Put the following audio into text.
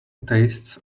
tastes